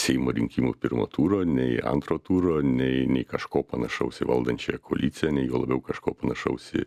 seimo rinkimų pirmo turo nei antro turo nei nei kažko panašaus į valdančiąją koaliciją nei juo labiau kažko panašaus į